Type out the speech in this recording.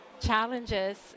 challenges